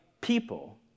people